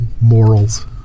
morals